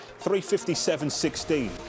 357.16